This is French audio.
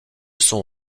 sont